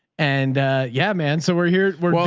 and yeah, man, so we're here. we're